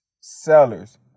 sellers